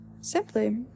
simply